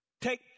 take